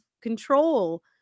control